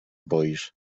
boisz